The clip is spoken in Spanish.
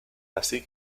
así